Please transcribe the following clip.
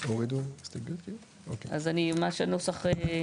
דנה, אם את רוצה.